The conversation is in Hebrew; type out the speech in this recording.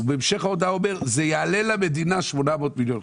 בהמשך ההודעה הוא אומר: זה יעלה למדינה 800 מיליון.